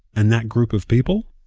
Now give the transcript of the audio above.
and that group of people?